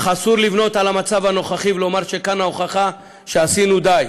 אך אסור לבנות על המצב הנוכחי ולומר שזאת ההוכחה שעשינו די.